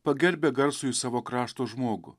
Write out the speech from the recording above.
pagerbia garsųjį savo krašto žmogų